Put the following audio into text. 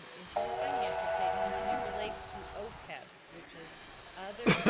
into your financial statements and it relates to opebs, which is other